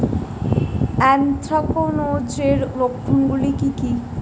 Anthracnose এর লক্ষণ গুলো কি কি?